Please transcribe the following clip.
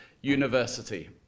University